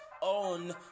on